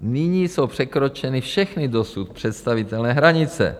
Nyní jsou překročeny všechny dosud představitelné hranice.